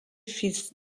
fils